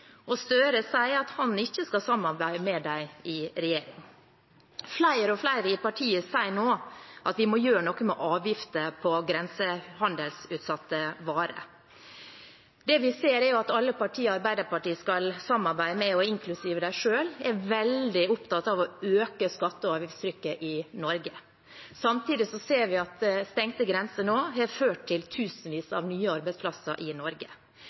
og Gahr Støre sier at han ikke skal samarbeide med dem i regjering. Flere og flere i partiet sier nå at vi må gjøre noe med avgifter på grensehandelsutsatte varer. Det vi ser, er at alle partier Arbeiderpartiet skal samarbeide med, inklusiv dem selv, er veldig opptatt av å øke skatte- og avgiftstrykket i Norge. Samtidig ser vi at stengte grenser nå har ført til tusenvis av nye arbeidsplasser i Norge.